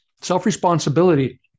Self-responsibility